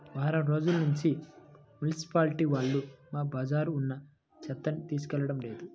వారం రోజుల్నుంచి మున్సిపాలిటీ వాళ్ళు మా బజార్లో ఉన్న చెత్తని తీసుకెళ్లడం లేదు